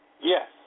Yes